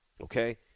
Okay